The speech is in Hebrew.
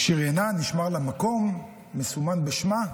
שריינה, נשמר לה מקום מסומן בשמה,